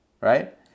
Right